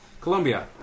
Colombia